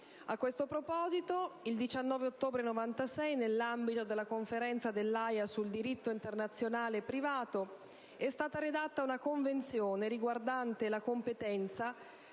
A questo proposito, il 19 ottobre 1996, nell'ambito della Conferenza dell'Aja sul diritto internazionale privato, è stata redatta una convenzione riguardante la competenza,